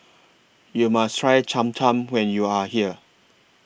YOU must Try Cham Cham when YOU Are here